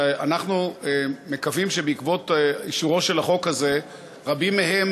שאנחנו מקווים שבעקבות אישורו של החוק הזה רבים מהם